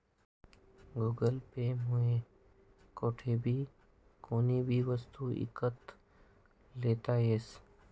Google Pay मुये कोठेबी कोणीबी वस्तू ईकत लेता यस